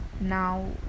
Now